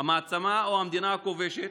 המעצמה או המדינה הכובשת